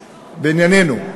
בעניינינו,